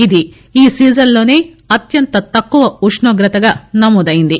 ఇది ఈ సీజన్లోనే అత్యంత తక్కువ ఉష్ణోగ్రతగా నమోదైంది